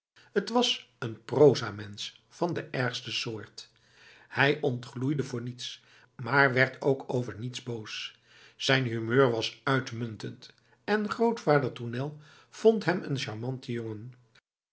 t was een proza mensch van de ergste soort hij ontgloeide voor niets maar werd ook over niets boos zijn humeur was uitmuntend en grootvader tournel vond hem een charmanten